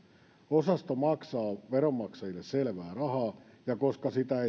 osasto maksaa veronmaksajille selvää rahaa ja koska